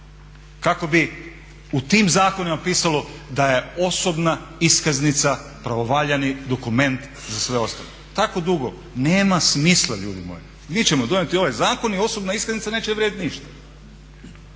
kako bi u tim zakonima pisalo da je osobna iskaznica pravovaljani dokument za sve ostalo. Tako dugo nema smisla ljudi moji. Mi ćemo donijeti ovaj zakon i osobna iskaznica neće vrijediti ništa